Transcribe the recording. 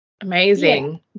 amazing